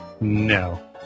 No